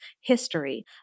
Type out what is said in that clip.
history